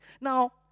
Now